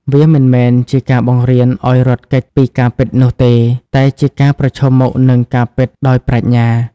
វាមិនមែនជាការបង្រៀនឱ្យរត់គេចពីការពិតនោះទេ តែជាការប្រឈមមុខនឹងការពិតដោយប្រាជ្ញា។